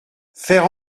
faire